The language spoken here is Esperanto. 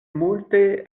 multe